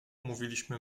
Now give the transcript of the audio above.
mówiliśmy